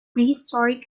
prehistoric